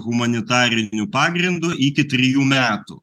humanitariniu pagrindu iki trijų metų